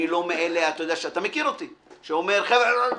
אני לא מאלה שאומר, זוז.